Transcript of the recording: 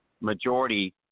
majority